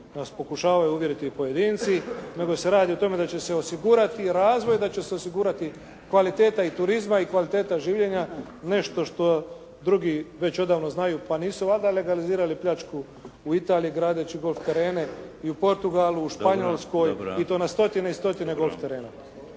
nas pokušavaju uvjeriti pojedinci, nego se radi o tome da će se osigurati razvoj, da će se osigurati kvaliteta i turizma i kvaliteta življenja nešto što drugi već odavno znaju. Pa nisu valjda legalizirali pljačku u Italiji gradeći golf terene i u Portugalu, u Španjolskoj i to na stotine i stotine golf terena.